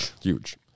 huge